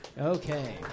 Okay